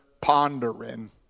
pondering